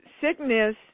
sickness